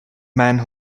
man